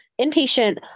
inpatient